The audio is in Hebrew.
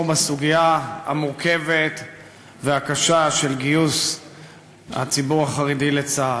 בסוגיה המורכבת והקשה של גיוס הציבור החרדי לצה"ל.